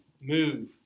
move